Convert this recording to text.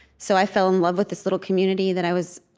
so i fell in love with this little community that i was